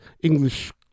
English